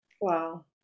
Wow